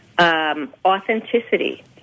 Authenticity